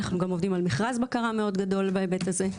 אנחנו גם עובדים על מכרז בקרה מאוד גדול בהיבט הזה.